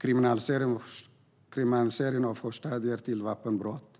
Det handlar om kriminalisering av förstadier till vapenbrott,